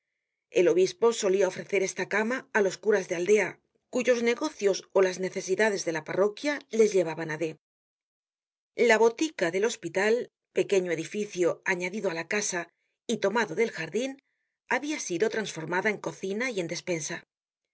el obispo solia ofrecer esta cama á los curas de aldea cuyos negocios ó las necesidades de la parroquia les llevaban á d la botica del hospital pequeño edificio añadido á la casa y tomado del jardin habia sido trasformada en cocina y en despensa